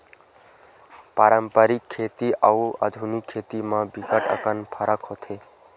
पारंपरिक खेती अउ आधुनिक खेती म बिकट अकन फरक होथे